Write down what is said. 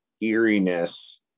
eeriness